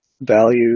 value